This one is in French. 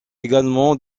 également